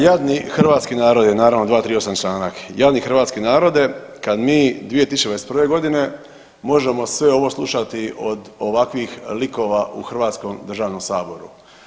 Jadni hrvatski narode, naravno 238. članak, jadni hrvatski narode kad mi 2021. godine možemo sve ovo slušati od ovakvih likova u Hrvatskom državnom saboru.